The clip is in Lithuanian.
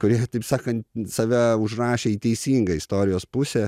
kurie taip sakant save užrašė į teisingą istorijos pusę